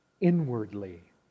inwardly